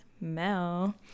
Mel